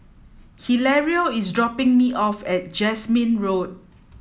Hilario is dropping me off at Jasmine Road